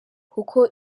kuko